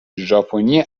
ژاپنی